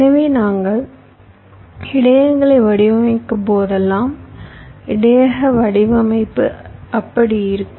எனவே நாங்கள் இடையகங்களை வடிவமைக்கும்போதெல்லாம் இடையக வடிவமைப்பு அப்படி இருக்கும்